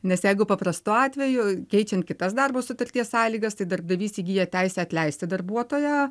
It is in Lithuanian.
nes jeigu paprastu atveju keičiant kitas darbo sutarties sąlygas tai darbdavys įgyja teisę atleisti darbuotoją